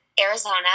Arizona